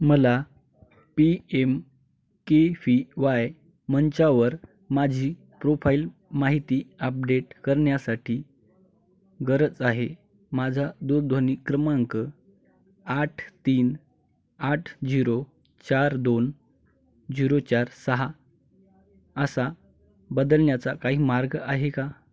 मला P M K V Y मंचावर माझी प्रोफाईल माहिती आपडेट करण्यासाठी गरज आहे माझा दूरध्वनी क्रमांक आठ तीन आठ झिरो चार दोन झिरो चार सहा असा बदलण्याचा काही मार्ग आहे का